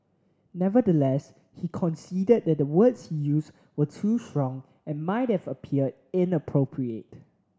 nevertheless he conceded that the words he used were too strong and might have appeared inappropriate